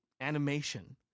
animation